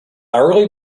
early